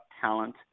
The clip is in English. talent